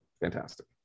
Fantastic